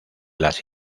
las